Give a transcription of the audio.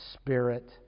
Spirit